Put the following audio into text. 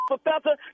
Professor